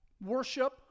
Worship